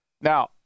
Now